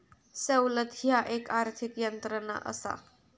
सवलत ह्या एक आर्थिक यंत्रणा असा